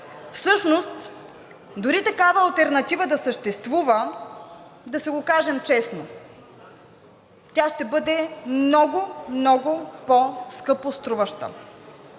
Всъщност дори такава алтернатива да съществува, да си го кажем честно, тя ще бъде много, много по-скъпо струваща.